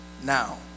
now